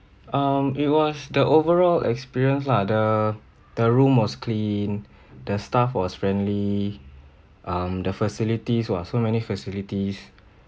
um it was the overall experience lah the the room was clean the staff was friendly um the facilities !wah! so many facilities